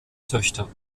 töchter